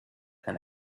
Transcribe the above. and